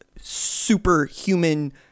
superhuman